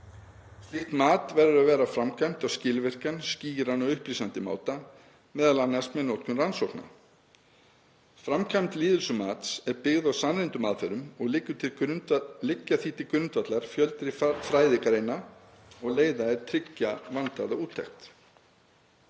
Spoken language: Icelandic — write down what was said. Slíkt mat verður að vera framkvæmt á skilvirkan, skýran og upplýsandi máta, m.a. með notkun rannsókna. Framkvæmd lýðheilsumats er byggð á sannreyndum aðferðum og liggja því til grundvallar fjöldi fræðigreina og leiða er tryggja vandaða úttekt.